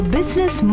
Business